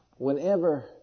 Whenever